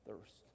thirst